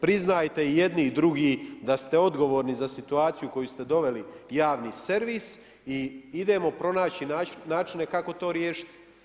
Priznajte i jedni i drugi da ste odgovorni za situaciju koju ste doveli javni servis i idemo pronaći načine kako to riješiti.